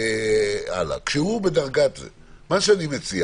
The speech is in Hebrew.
מה שאני מציע